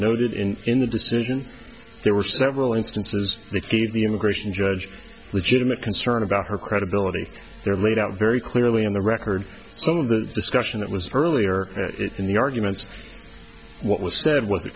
noted in in the decision there were several instances that gave the immigration judge legitimate concern about her credibility there laid out very clearly on the record some of the discussion that was earlier in the arguments what was said was th